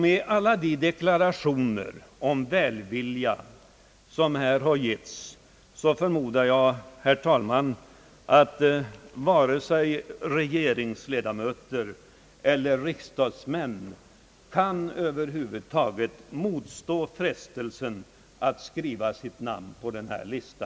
Med alla de deklarationer om välvilja, som här har lämnats, förmodar jag att varken regeringsledamöter eller riksdagsmän kan motstå frestelsen att skriva sitt namn på denna lista!